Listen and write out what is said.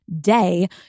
day